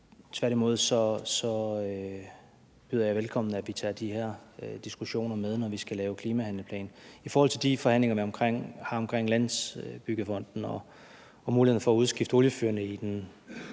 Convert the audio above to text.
Tværtimod byder jeg velkommen, at vi tager de her diskussioner med, når vi skal lave klimahandleplan. I forhold til de forhandlinger, vi har omkring Landsbyggefonden, og muligheden for at udskifte oliefyrene i den